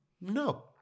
no